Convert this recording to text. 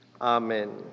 Amen